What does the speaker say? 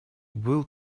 был